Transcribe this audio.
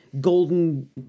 golden